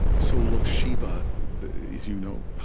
so look, shiva as you know,